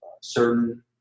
certain